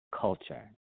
culture